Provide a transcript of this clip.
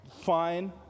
fine